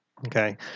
Okay